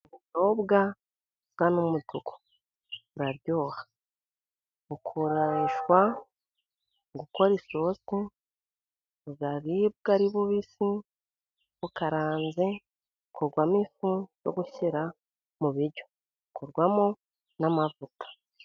Ubunyobwa ni umutuku buraryoha bukoreshwa gukora isosi, buraribwa ari bubisi, bukaranze, bukorwamo ifu yo gushyira mu biryo, bukorwamo n'amavuta.